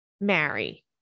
marry